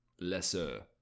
lesser